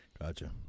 Gotcha